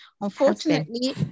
Unfortunately